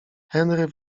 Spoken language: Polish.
henry